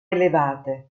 elevate